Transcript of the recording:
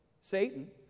Satan